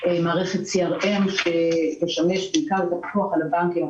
מערכת CRM שתשמש בעיקר בפיקוח על הבנקים,